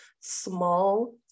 small